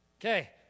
Okay